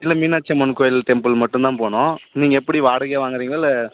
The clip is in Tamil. இல்லை மீனாட்சி அம்மன் கோயில் டெம்புள் மட்டும் தான் போகணும் நீங்கள் எப்படி வாடகையாக வாங்குறீங்களா இல்லை